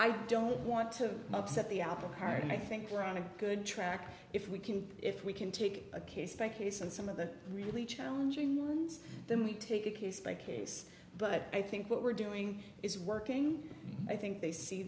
i don't want to upset the applecart i think run a good track if we can if we can take a case by case and some of the really challenging ones then we take a case by case but i think what we're doing is working i think they see